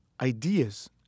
ideas